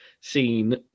seen